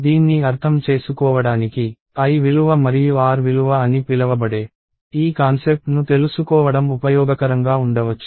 దీన్ని అర్థం చేసుకోవడానికి l విలువ మరియు r విలువ అని పిలవబడే ఈ కాన్సెప్ట్ ను తెలుసుకోవడం ఉపయోగకరంగా ఉండవచ్చు